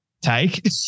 take